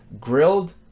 grilled